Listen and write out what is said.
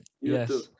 yes